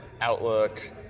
outlook